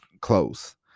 close